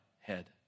head